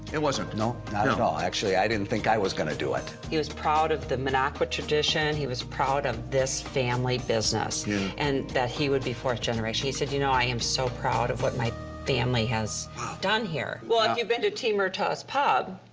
it wasn't? no not at all. actually i didn't think i was gonna do it. he was proud of the minocqua tradition, he was proud of this family business and that he would be fourth generation. he said you know i am so proud of what my family has done here. well if you've been to t. murtaugh's pub,